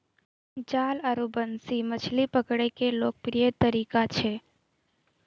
जाल आरो बंसी मछली पकड़ै के लोकप्रिय तरीका छै